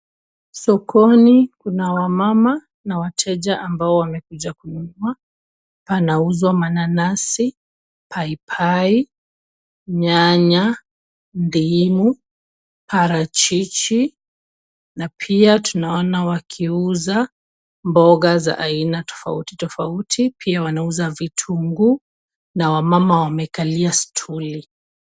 Sokoni kuna wamama na wateja ambao wamekuja kununua. Panauzwa mananasi, paipai, nyanya, ndimu, parachichi na pia tunaona wakiuza mboga za aina tofauti tofauti, pia wanauza vitungu na wamama wamekalia stuli .